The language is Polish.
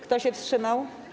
Kto się wstrzymał?